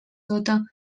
sota